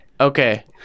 Okay